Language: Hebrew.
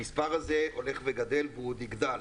המספר הזה הולך וגדל והוא עוד יגדל.